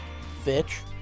Fitch